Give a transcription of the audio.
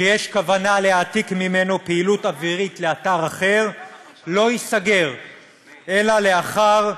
שיש כוונה להעתיק ממנו פעילות אווירית לאתר אחר לא ייסגר אלא לאחר,